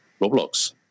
Roblox